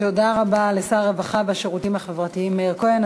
תודה רבה לשר הרווחה והשירותים החברתיים מאיר כהן.